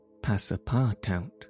Passapartout